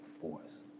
force